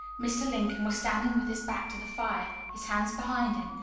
mr. lincoln was standing with his back to the fire, his hands behind him,